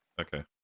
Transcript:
Okay